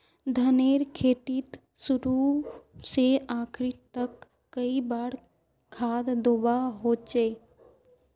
धानेर खेतीत शुरू से आखरी तक कई बार खाद दुबा होचए?